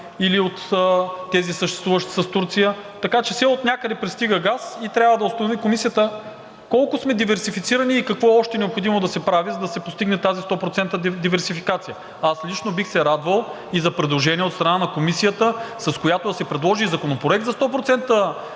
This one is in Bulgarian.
или от тези съществуващите с Турция. Така че все отнякъде пристига газ и Комисията трябва да установи колко сме диверсифицирани и какво още е необходимо да се прави, за да се постигне тази 100% диверсификация. Аз лично бих се радвал и за предложение от страна на Комисията, с което да се предложи и законопроект за 100%